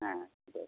হ্যাঁ ঠিক